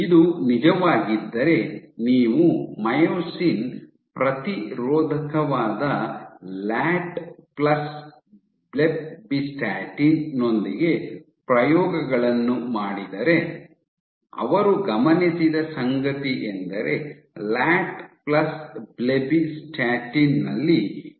ಇದು ನಿಜವಾಗಿದ್ದರೆ ನೀವು ಮಯೋಸಿನ್ ಪ್ರತಿರೋಧಕವಾದ ಲ್ಯಾಟ್ ಪ್ಲಸ್ ಬ್ಲೆಬ್ಬಿಸ್ಟಾಟಿನ್ ನೊಂದಿಗೆ ಪ್ರಯೋಗಗಳನ್ನು ಮಾಡಿದರೆ ಅವರು ಗಮನಿಸಿದ ಸಂಗತಿಯೆಂದರೆ ಲ್ಯಾಟ್ ಪ್ಲಸ್ ಬ್ಲೆಬ್ಬಿಸ್ಟಾಟಿನ್ ನಲ್ಲಿ ಹಿಮ್ಮೆಟ್ಟುವಿಕೆಯ ಹರಿವು ಸಂಪೂರ್ಣವಾಗಿ ನಿರ್ಮೂಲನೆಯಾಗುತ್ತದೆ